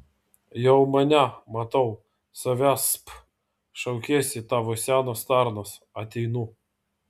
jau mane matau savęsp šaukiesi tavo senas tarnas ateinu